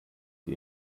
die